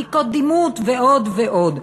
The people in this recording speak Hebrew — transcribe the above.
בדיקות דימות ועוד ועוד.